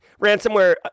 ransomware